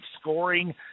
scoring